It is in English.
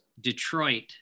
Detroit